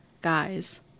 guys